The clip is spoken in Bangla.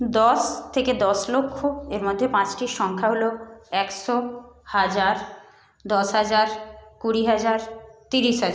দশ থেকে দশ লক্ষর মধ্যে পাঁচটি সংখ্যা হলো একশো হাজার দশ হাজার কুড়ি হাজার তিরিশ হাজার